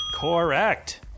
Correct